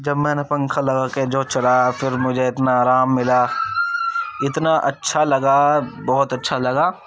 جب میں نے پنکھا لگا کے جو چلایا پھر مجھے اتنا آرام ملا اتنا اچھا لگا بہت اچھا لگا